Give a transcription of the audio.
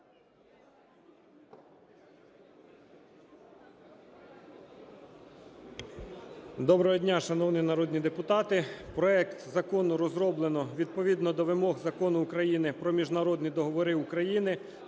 Доброго дня, шановні народні депутати. Проект закону розроблено відповідно до вимог Закону України "Про міжнародні договори України"